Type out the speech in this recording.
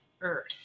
Earth